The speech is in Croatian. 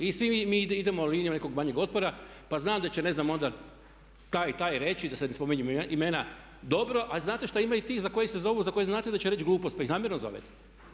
I svi mi idemo linijom nekog manjeg otpora, pa znam da će ne znam onda taj i taj reći da sad ne spominjem imena dobro, a znate šta ima i tih za koji se zovu, za koje znate da će reći glupost pa ih namjerno zovete.